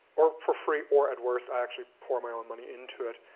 or for free, or at worst i actually pour my own money into it.